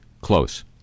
Close